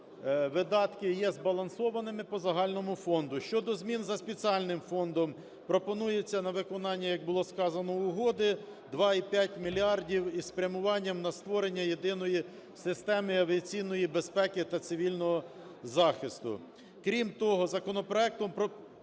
видатки є збалансованими по загальному фонду. Щодо змін за спеціальним фондом пропонується на виконання, як було сказано, угоди, 2,5 мільярдів із спрямуванням на створення єдиної системи авіаційної безпеки та цивільного захисту. Крім того, законопроектом